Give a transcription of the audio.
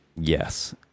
yes